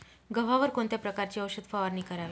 गव्हावर कोणत्या प्रकारची औषध फवारणी करावी?